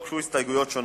הוגשו הסתייגויות שונות,